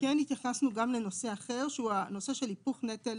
כן התייחסנו גם לנושא אחר שהוא הנושא של היפוך נטל